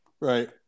Right